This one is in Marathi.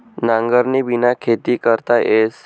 नांगरबिना खेती करता येस